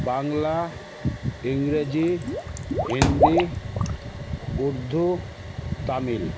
Bangla Ingreji Hindi Urdu Tamil